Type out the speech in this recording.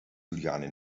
juliane